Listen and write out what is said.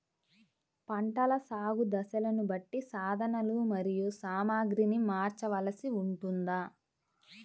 పంటల సాగు దశలను బట్టి సాధనలు మరియు సామాగ్రిని మార్చవలసి ఉంటుందా?